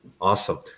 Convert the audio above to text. Awesome